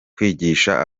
kwigisha